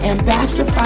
Ambassador